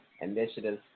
initiatives